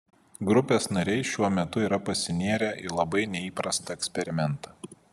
grupės nariai šiuo metu yra pasinėrę į labai neįprastą eksperimentą